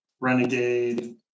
renegade